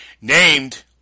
Named